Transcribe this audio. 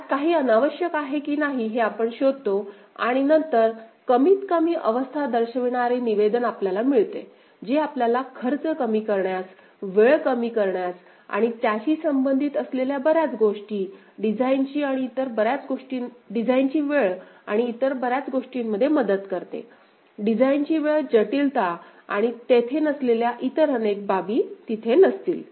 त्यात काही अनावश्यक आहे की नाही हे आपण शोधतो आणि नंतर कमीतकमी अवस्था दर्शविणारे निवेदन आपल्याला मिळते जे आपल्याला खर्च कमी करण्यास वेळ कमी करण्यास आणि त्याशी संबंधित असलेल्या बर्याच गोष्टी डिझाइनची वेळ आणि इतर बर्याच गोष्टींमध्ये मदत करते डिझाइनची वेळ जटिलता आणि तेथे नसलेल्या इतर अनेक बाबी तिथे नसतील